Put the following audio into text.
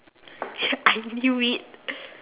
I knew it